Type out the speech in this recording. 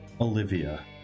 Olivia